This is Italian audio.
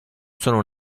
sono